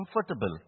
comfortable